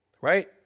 right